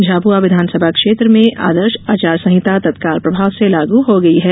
झाबुआ विधानसभा क्षेत्र में आदर्श आचार संहिता तत्काल प्रभाव से लागू हो गई है